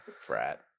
Frat